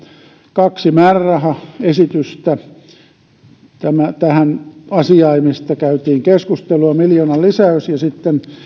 kaksi määrärahaesitystä tähän asiaan mistä käytiin keskustelua miljoonan lisäys ja sitten